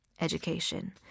education